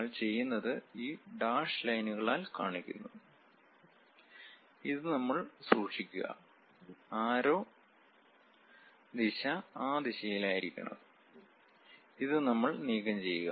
നിങ്ങൾ ചെയ്യുന്നത് ഈ ഡാഷ് ലൈനുകളാൽ കാണിക്കുന്നു ഇത് നമ്മൾ സൂക്ഷിക്കുക ആരോ ദിശ ആ ദിശയിലായിരിക്കണം ഇത് നമ്മൾ നീക്കംചെയ്യുക